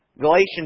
Galatians